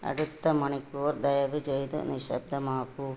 അടുത്ത മണിക്കൂർ ദയവുചെയ്ത് നിശബ്ദമാകൂ